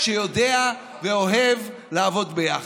שיודע ואוהב לעבוד ביחד.